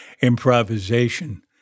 improvisation